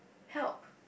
help